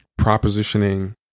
propositioning